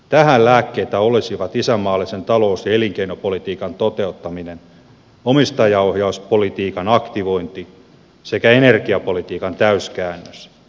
tähän lääkkeitä olisivat isänmaallisen talous ja elinkeinopolitiikan toteuttaminen omistajaohjauspolitiikan aktivointi sekä energiapolitiikan täyskäännös